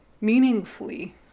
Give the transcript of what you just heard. meaningfully